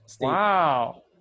Wow